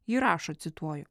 ji rašo cituoju